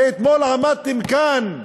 שאתמול עמדתם כאן,